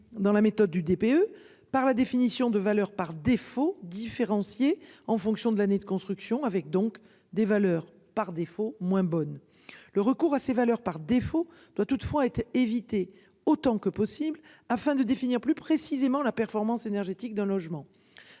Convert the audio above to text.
dans la méthode du DPE par la définition de valeurs par défaut différencié en fonction de l'année de construction avec donc des valeurs par défaut moins bonne, le recours à ces valeurs par défaut doit toutefois être éviter autant que possible afin de définir plus précisément la performance énergétique d'un logement.